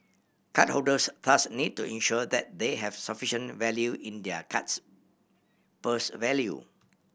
card holders thus need to ensure that they have sufficient value in their card's purse value